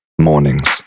mornings